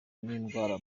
n’indwara